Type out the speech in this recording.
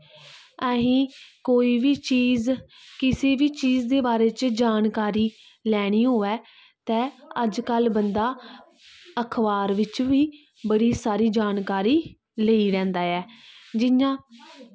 असीं कोई बी चीज किसे बी चीज़ दे बारे च जानकारी लैनी होऐ ते अज्जकल बंदा अखबार बिच्च बी बड़ी सारी जानकारी लेई लैंदा ऐ जियां